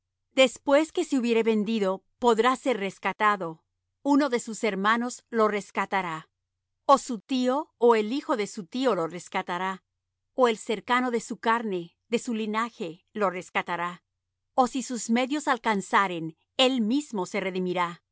después que se hubiere vendido podrá ser rescatado uno de sus hermanos lo rescatará o su tío ó el hijo de su tío lo rescatará ó el cercano de su carne de su linaje lo rescatará ó si sus medios alcanzaren él mismo se redimirá